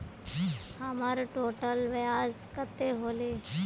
हमर टोटल ब्याज कते होले?